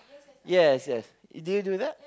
yes yes did you do that